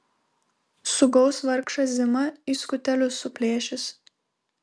sugaus vargšą zimą į skutelius suplėšys